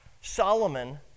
Solomon